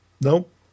Nope